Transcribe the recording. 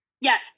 yes